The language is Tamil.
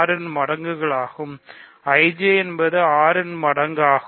ன் மடங்காகும் IJ என்பது 6 இன் மடங்காகும்